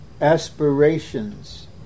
aspirations